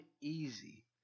easy